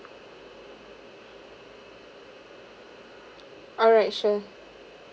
alright sure